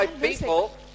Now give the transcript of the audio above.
people